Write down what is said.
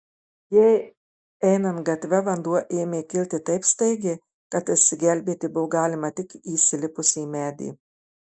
jai einant gatve vanduo ėmė kilti taip staigiai kad išsigelbėti buvo galima tik įsilipus į medį